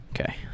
Okay